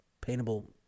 paintable